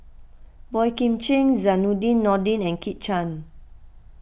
Boey Kim Cheng Zainudin Nordin and Kit Chan